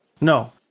no